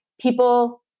people